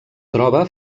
troba